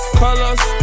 colors